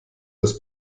das